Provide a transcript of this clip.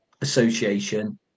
association